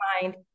mind